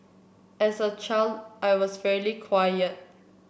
as a child I was fairly quiet